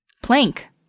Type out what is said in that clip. plank